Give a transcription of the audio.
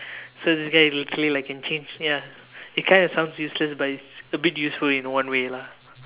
so this guy basically can change ya it kind of sounds useless but it's a bit useful in one way lah